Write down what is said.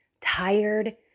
tired